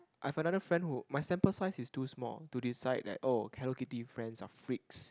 I have another friend who my sample size is too small to decide that oh Hello-Kitty friends are freaks